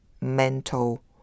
mental